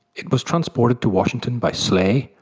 it was transported to washington by sleigh,